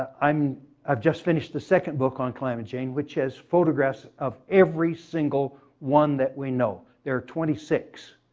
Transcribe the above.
ah um i've just finished the second book on calamity jane which has photographs of every single one that we know. there are twenty six.